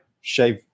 shave